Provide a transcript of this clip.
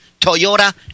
Toyota